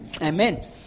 Amen